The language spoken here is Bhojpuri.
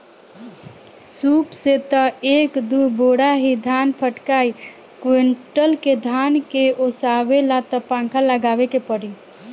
सूप से त एक दू बोरा ही धान फटकाइ कुंयुटल के धान के ओसावे ला त पंखा लगावे के पड़ी